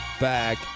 back